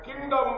kingdom